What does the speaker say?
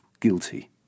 guilty